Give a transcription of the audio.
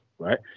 Right